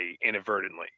inadvertently